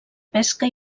pesca